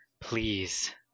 Please